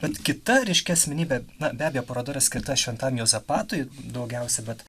bet kita ryški asmenybė na be abejo paroda yra skirta šventajam juozapatui daugiausia bet